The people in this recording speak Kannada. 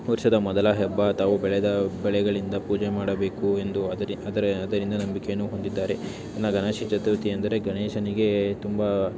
ವರ್ಷದ ಮೊದಲ ಹಬ್ಬ ಅಥವಾ ಬೆಳೆದ ಬೆಳೆಗಳಿಂದ ಪೂಜೆ ಮಾಡಬೇಕು ಎಂದು ಅದರ ಅದರ ಅದರಿಂದ ನಂಬಿಕೆಯನ್ನು ಹೊಂದಿದ್ದಾರೆ ಇನ್ನ ಗಣೇಶ ಚತುರ್ಥಿ ಎಂದರೆ ಗಣೇಶನಿಗೆ ತುಂಬ